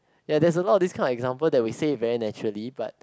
ya there's a lot of this kind of example that we say it very naturally but